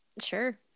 sure